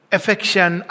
Affection